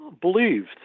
believed